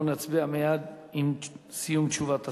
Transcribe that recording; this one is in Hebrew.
אנחנו נצביע מייד עם סיום תשובת השר.